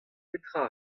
petra